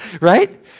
right